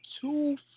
two